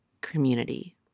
community